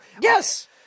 Yes